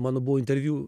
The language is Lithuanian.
mano buvo interviu